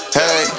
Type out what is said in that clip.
hey